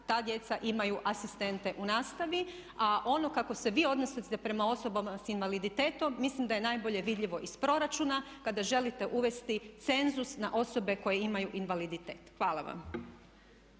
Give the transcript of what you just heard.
ta djeca imaju asistente u nastavi. A ono kako se vi odnosite prema osobama s invaliditetom mislim da je najbolje vidljivo iz proračuna kada želite uvesti cenzus na osobe koje imaju invaliditet. Hvala vam.